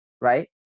right